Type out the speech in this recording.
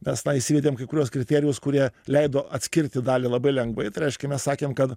mes na įsivėdėm kai kuriuos kriterijus kurie leido atskirti dalį labai lengvai tai reiškia mes sakėm kad